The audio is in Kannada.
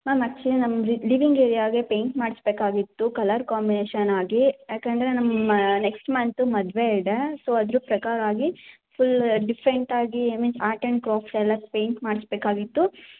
ಮ್ಯಾಮ್ ಆ್ಯಕ್ಚುವಲಿ ನಮ್ಮ ಲೀವಿಂಗ್ ಏರಿಯಾಗೆ ಪೇಯಿಂಟ್ ಮಾಡಿಸ್ಬೇಕಾಗಿತ್ತು ಕಲ್ಲರ್ ಕಾಂಬಿನೇಷನ್ನಾಗಿ ಯಾಕಂದರೆ ನಮ್ಮ ನೆಕ್ಟ್ಸ್ ಮಂತು ಮದುವೆ ಇದೆ ಸೋ ಅದ್ರ ಪ್ರಕಾರವಾಗಿ ಫುಲ್ ಡಿಫ್ರೆಂಟಾಗಿ I means art and crafts ಎಲ್ಲ ಪೇಯಿಂಟ್ ಮಾಡಿಸ್ಬೇಕಾಗಿತ್ತು